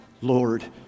Lord